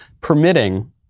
permitting